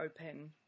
open